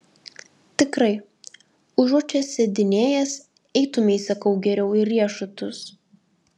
tikrai užuot čia sėdinėjęs eitumei sakau geriau į riešutus